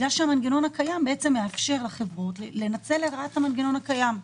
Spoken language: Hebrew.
בגלל שהמנגנון הקיים בעצם מאפשר לחברות לנצל לרעה את המנגנון הקיים.